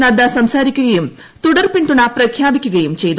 നദ്ദ സംസാരിക്കുകയും തുടർ ്പിൻതുണ പ്രഖ്യാപിക്കുകയും ചെയ്തു